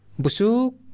busuk